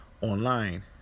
online